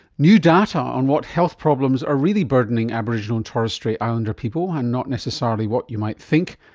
new data on what health problems are really burdening aboriginal and torres strait islander people, and not necessarily what you might think.